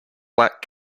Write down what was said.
black